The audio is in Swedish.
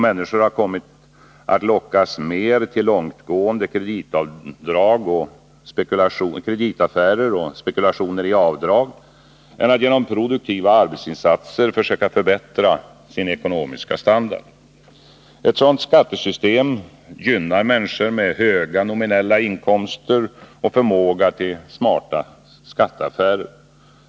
Människor har kommit att lockas mer till långtgående kreditaffärer och spekulationer i avdrag än till att genom produktiva arbetsinsatser försöka förbättra sin ekonomiska standard. Ett sådant skattesystem gynnar människor med höga nominella inkomster och förmåga till smarta skatteaffärer.